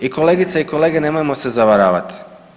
I kolegice i kolege nemojmo se zavaravati.